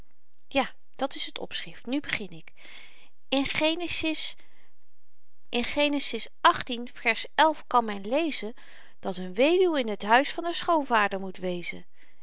ja dat is het opschrift nu begin ik in genesis xxxviii vers kan men lezen dat n weduw in t huis van haar schoonvader moet wezen